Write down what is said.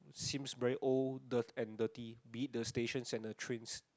seems very old dirt and dirty being the station and the trains